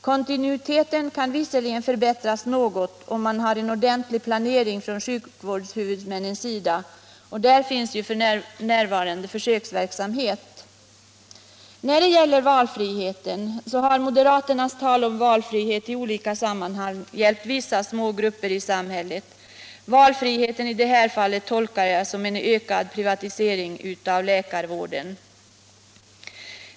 Kontinuiteten kan säkerligen förbättras något genom en ordentlig planering från sjukvårdshuvudmännens sida, och där bedrivs ju f. n. försöksverksamhet. Moderaternas tal om valfrihet i olika sammanhang har gällt vissa små grupper i samhället. Valfriheten i detta fall tolkar jag som en ökad privatisering av läkarvården.